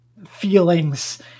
feelings